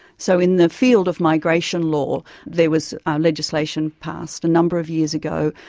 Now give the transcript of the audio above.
so in the field of migration law there was legislation passed a number of years ago,